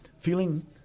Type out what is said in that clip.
feeling